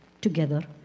together